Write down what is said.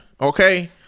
okay